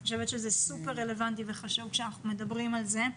אני חושבת שזה סופר רלוונטי וחשוב כשאנחנו מדברים על זה.